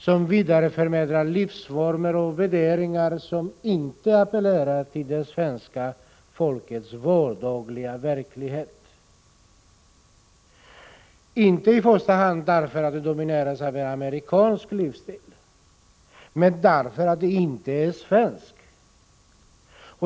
Den vidareförmedlar livsformer och värderingar som inte appellerar till det svenska folkets vardagliga verklighet, inte i första hand därför att den domineras av amerikansk livsstil, utan därför att den inte är svensk.